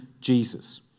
Jesus